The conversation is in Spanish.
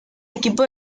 equipo